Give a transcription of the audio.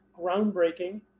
groundbreaking